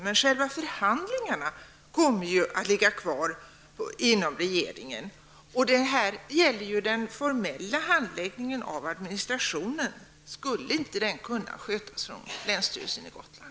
Men själva förhandlingarna kommer ju att ligga kvar inom regeringen, och detta gäller den formella handläggningen av administrationen. Skulle inte den kunna skötas från länsstyrelsen i Gotland?